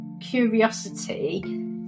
curiosity